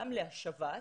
גם להשבת הישראלים.